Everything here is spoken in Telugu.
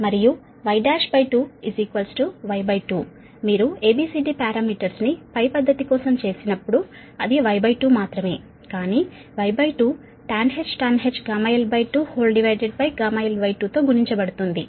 మరియు Y12Y2 మీరు A B C D parameters ని పద్ధతి కోసం తీసుకున్నప్పుడు అది Y2 మాత్రమే కానీ Y2 tanh γl2 γl2 తో గుణించబడుతుంది